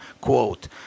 Quote